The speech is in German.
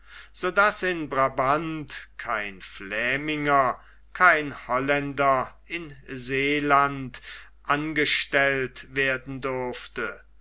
daß in brabant kein fläminger kein holländer in seeland angestellt werden durfte